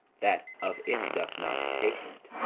that of it doth not taste!